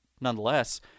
nonetheless